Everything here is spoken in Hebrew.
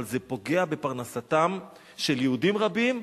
אבל זה פוגע בפרנסתם של יהודים רבים,